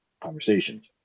conversations